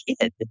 kid